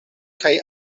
kaj